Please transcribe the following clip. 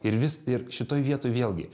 ir vis ir šitoj vietoj vėlgi